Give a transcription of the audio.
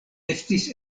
estis